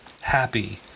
happy